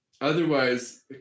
otherwise